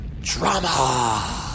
Drama